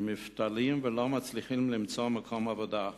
והם מובטלים ולא מצליחים למצוא מקום עבודה.